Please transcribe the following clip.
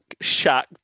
shack